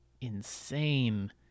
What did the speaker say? insane